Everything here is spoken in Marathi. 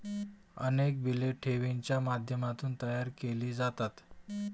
अनेक बिले ठेवींच्या माध्यमातून तयार केली जातात